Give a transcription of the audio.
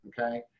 okay